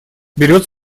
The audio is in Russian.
берет